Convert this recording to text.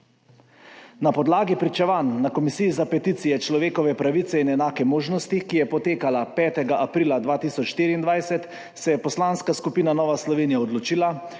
Na podlagi pričevanj na Komisiji za peticije, človekove pravice in enake možnosti, ki je potekala 5. aprila 2024, se je Poslanska skupina Nova Slovenija odločila,